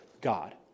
God